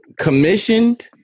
Commissioned